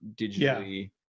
digitally